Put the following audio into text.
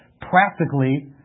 practically